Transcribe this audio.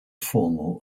formal